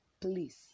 Please